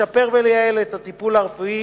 לשפר ולייעל את הטיפול הרפואי